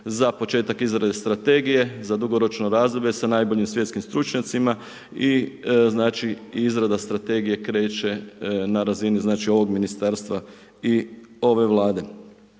za početak izrade strategije za dugoročno razdoblje sa najboljim svjetskim stručnjacima i izrada strategije kreće na razini ovog ministarstva i ove vlade.